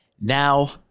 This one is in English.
Now